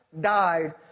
died